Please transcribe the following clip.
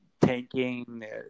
tanking